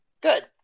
good